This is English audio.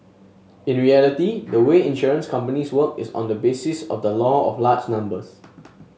in reality the way insurance companies work is on the basis of the law of large numbers